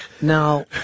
Now